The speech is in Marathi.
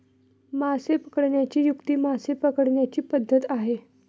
मासे पकडण्याची युक्ती मासे पकडण्याची पद्धत आहे